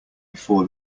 before